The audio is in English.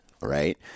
right